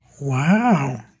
Wow